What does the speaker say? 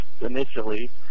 initially